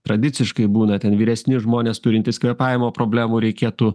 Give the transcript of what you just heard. tradiciškai būna ten vyresni žmonės turintys kvėpavimo problemų reikėtų